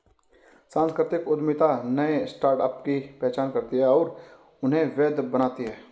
सांस्कृतिक उद्यमिता नए स्टार्टअप की पहचान करती है और उन्हें वैध बनाती है